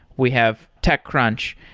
we have techcrunch.